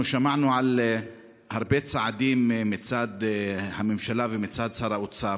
אנחנו שמענו על הרבה צעדים מצד הממשלה ומצד שר האוצר,